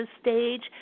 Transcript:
stage